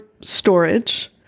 storage